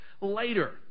later